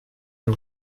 ein